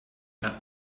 nach